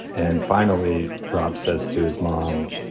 and finally, rob says to his mom.